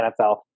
NFL